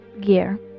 Gear